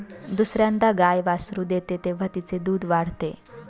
दुसर्यांदा गाय वासरू देते तेव्हा तिचे दूध वाढते